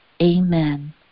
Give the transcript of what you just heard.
Amen